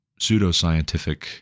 pseudoscientific